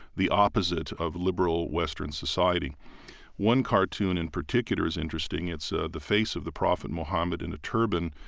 the opposite of liberal western society one cartoon in particular is interesting. it's ah the face of the prophet muhammad in a turban.